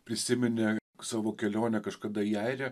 prisiminė savo kelionę kažkada į airiją